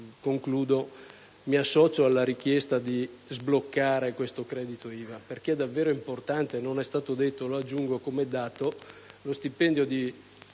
Mi associo alla richiesta di sbloccare questo credito IVA, perché è davvero importante. Non è stato detto, e lo aggiungo come dato, che lo stipendio di